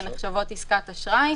שנחשבות עסקות אשראי,